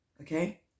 Okay